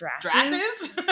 Dresses